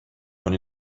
con